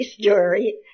story